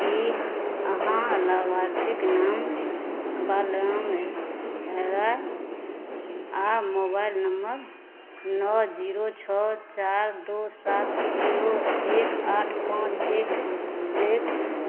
कि अहाँ लेबोरेट्रिक नाम बलराम राय आओर मोबाइल नम्बर नओ जीरो छओ चारि दुइ सात जीरो एक आठ पाँच एक लेक